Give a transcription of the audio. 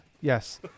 yes